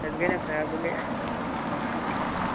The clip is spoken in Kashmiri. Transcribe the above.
اَسہِ گٔے نا پرٛابلِم گٔے اَسہِ نۄقصان چھُ اَسہِ